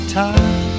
time